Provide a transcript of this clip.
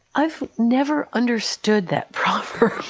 i've never understood that proverb.